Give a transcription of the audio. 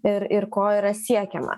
ir ir ko yra siekiama